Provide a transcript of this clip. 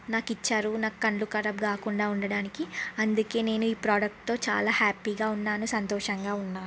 నాకు ఇచ్చారు నా కళ్ళు ఖరాబు కాకుండా ఉండటానికి అందుకే నేను ఈ ప్రోడక్ట్తో చాలా హ్యాపీగా ఉన్నాను సంతోషంగా ఉన్నాను